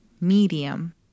Medium